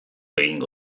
egingo